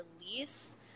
release